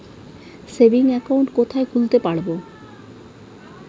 Savings account কোথায় খুলতে পারব?